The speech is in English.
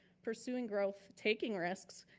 pursuing growth, taking risks,